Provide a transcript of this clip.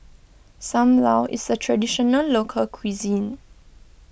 Sam Lau is a Traditional Local Cuisine